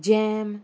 jam